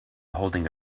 holding